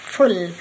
full